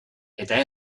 eta